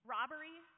Robbery